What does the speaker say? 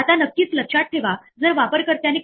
चला तर आपण या सर्व एररस कडे बघू या